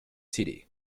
city